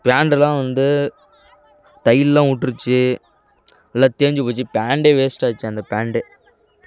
pant தான் வந்து தையல்லாம் விட்ருச்சி எல்லாம் தேஞ்சி போய்ச்சி பேண்டு வேஸ்ட்டாக ஆச்சி அந்த பேண்டே